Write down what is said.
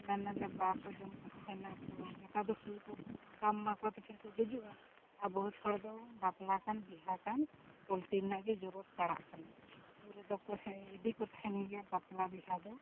ᱢᱮᱱᱟᱞᱮ ᱵᱟᱠᱚ ᱡᱚᱢ ᱠᱚ ᱛᱟᱦᱮᱱᱟ ᱛᱚ ᱱᱮᱛᱟᱨ ᱫᱚ ᱥᱩᱭ ᱠᱚ ᱵᱟᱢ ᱮᱢᱟ ᱠᱚ ᱠᱷᱟᱱ ᱯᱷᱤᱨ ᱠᱚ ᱜᱩᱡᱩᱜᱼᱟ ᱟᱨ ᱵᱚᱦᱩᱛ ᱦᱚᱲ ᱫᱚ ᱵᱟᱯᱞᱟ ᱠᱟᱱ ᱵᱤᱦᱟᱹ ᱠᱟᱱ ᱯᱚᱞᱴᱨᱤ ᱨᱮᱱᱟᱜ ᱜᱮ ᱡᱚᱨᱩᱨᱟᱛ ᱯᱟᱲᱟᱜ ᱠᱟᱱᱟ ᱨᱮᱫᱚ ᱠᱚ ᱥᱮᱭ ᱤᱫᱤ ᱠᱚ ᱛᱟᱦᱮᱱ ᱜᱮᱭᱟ ᱵᱟᱯᱞᱟ ᱵᱤᱦᱟᱹ ᱫᱚ